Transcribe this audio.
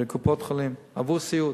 לקופות-חולים, עבור סיעוד,